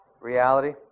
reality